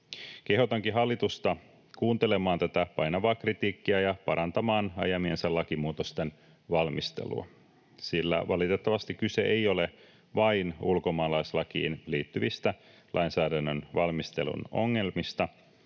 Kehotankin hallitusta kuuntelemaan tätä painavaa kritiikkiä ja parantamaan ajamiensa lakimuutosten valmistelua, sillä valitettavasti kyse ei ole vain ulkomaalaislakiin liittyvistä lainsäädännön valmistelun ongelmista,